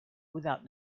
without